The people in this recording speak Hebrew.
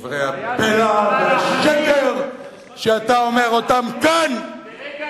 בדברי הבלע והשקר שאתה אומר אותם כאן, ברגע אחד.